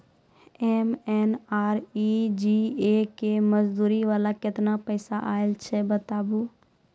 MNREGA के मज़दूरी वाला केतना पैसा आयल छै बताबू?